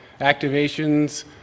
Activations